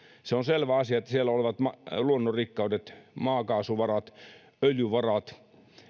se on selvä asia että siellä olevat luonnonrikkaudet maakaasuvarat öljyvarat